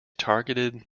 targeted